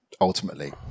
ultimately